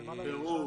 פרו?